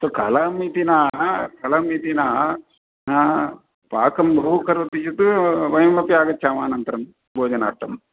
अस्तु कलहमिति न कलहमिति न पाकं बहु करोति चेत् वयमपि आगच्छामः अनन्तरम् भोजनार्थम्